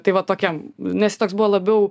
tai va tokiam nes jis toks buvo labiau